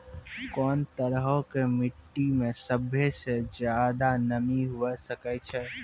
कोन तरहो के मट्टी मे सभ्भे से ज्यादे नमी हुये सकै छै?